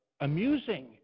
amusing